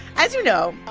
as you know,